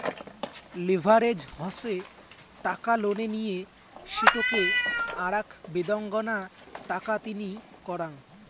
leverage হসে টাকা লোনে নিয়ে সেটোকে আরাক বেদাঙ্গনা টাকা তিনি করাঙ